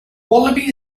wallaby